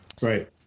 Right